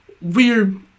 weird